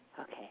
Okay